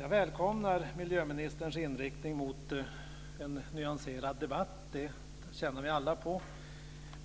Jag välkomnar miljöministerns inriktning mot en mer nyanserad debatt, det tjänar vi alla på.